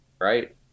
right